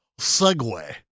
segue